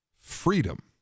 freedom